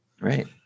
Right